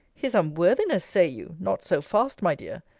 his unworthiness, say you not so fast, my dear.